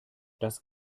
das